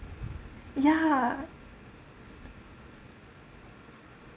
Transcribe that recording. ya